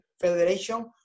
Federation